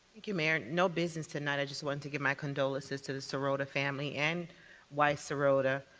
thank you, mayor. no business tonight. i just wanted to give my condolences to the serota family and weiss serota.